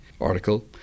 article